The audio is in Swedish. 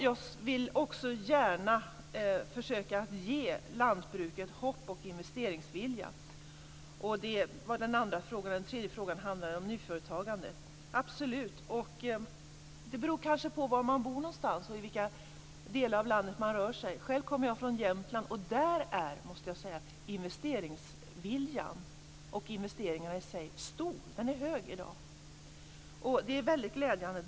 Jag vill också gärna försöka ge lantbruket hopp och investeringsvilja. Det var det som den andra frågan handlade om. Den tredje frågan handlade om nyföretagandet. Det varierar kanske beroende på var någonstans man bor och på i vilka delar av landet man rör sig. Själv kommer jag från Jämtland, och jag måste säga att investeringsviljan och investeringarna där i dag är på en hög nivå. Det är väldigt glädjande.